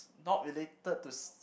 not related to s~